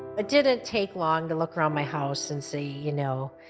it didn't take long to look around my house and see, you know.